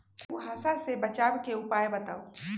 कुहासा से बचाव के उपाय बताऊ?